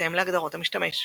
בהתאם להגדרות המשתמש.